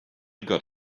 got